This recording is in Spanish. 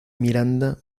miranda